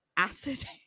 acid